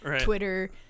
twitter